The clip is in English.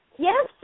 Yes